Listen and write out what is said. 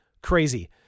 crazy